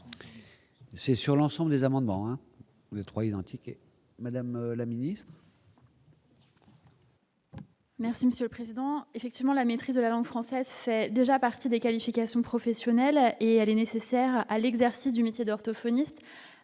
C'est sur l'ensemble des amendements, les trois identique, madame la ministre. Merci Monsieur le Président, effectivement, la maîtrise de la langue française, fait déjà partie des qualifications professionnelles et elle nécessaire à l'exercice du métier d'orthophonistes,